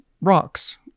rocks